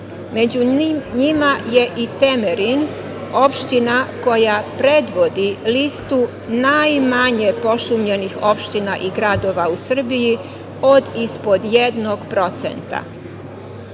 Među njima je i Temerin, opština koja predvodi listu najmanje pošumljenih opština i gradova u Srbiji od ispod 1%.